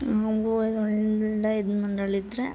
ನಮಗೂ ಒಳ್ಳೆಯ ಇದು ಮಾಡಲಿದ್ರೆ